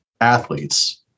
athletes